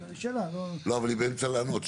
אבל היא באמצע לענות.